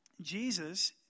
Jesus